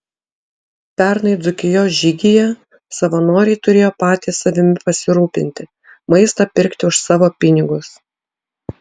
pernai dzūkijos žygyje savanoriai turėjo patys savimi pasirūpinti maistą pirkti už savo pinigus